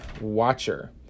Watcher